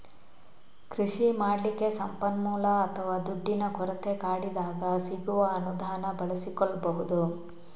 ಕೃಷಿ ಮಾಡ್ಲಿಕ್ಕೆ ಸಂಪನ್ಮೂಲ ಅಥವಾ ದುಡ್ಡಿನ ಕೊರತೆ ಕಾಡಿದಾಗ ಸಿಗುವ ಅನುದಾನ ಬಳಸಿಕೊಳ್ಬಹುದು